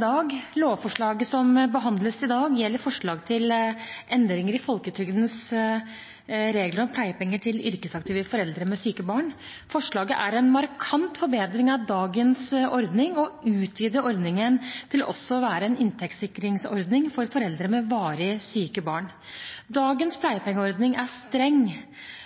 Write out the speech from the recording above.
dag. Lovforslaget som behandles i dag, gjelder forslag til endringer i folketrygdlovens regler om pleiepenger til yrkesaktive foreldre med syke barn. Forslaget er en markant forbedring av dagens ordning og utvider ordningen til også å være en inntektssikringsordning for foreldre med varig syke barn. Dagens pleiepengeordning er streng